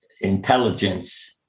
intelligence